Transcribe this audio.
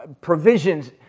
provisions